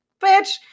bitch